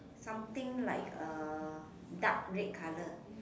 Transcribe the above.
something like uh dark red color